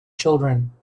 children